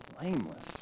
blameless